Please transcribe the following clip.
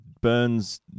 Burns